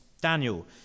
Daniel